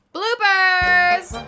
Bloopers